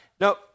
no